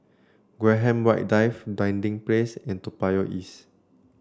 Graham White Drive Dinding Place and Toa Payoh East